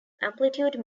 amplitude